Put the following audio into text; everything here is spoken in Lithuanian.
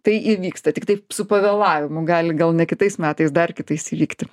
tai įvyksta tiktai su pavėlavimu gali gal ne kitais metais dar kitais įvykti